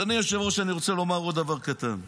אדוני היושב-ראש, אני רוצה לומר עוד דבר קטן אחד.